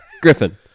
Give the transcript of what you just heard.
Griffin